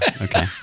okay